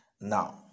Now